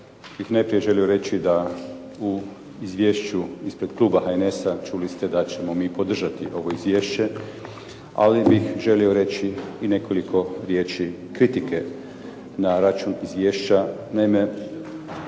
bih najprije želio reći da u izvješću ispred kluba HNS-a čuli ste da ćemo mi podržati ovo izvješće, ali bih želio reći i nekoliko riječi kritike na račun izvješća.